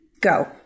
Go